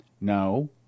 No